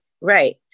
Right